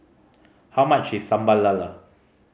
how much is Sambal Lala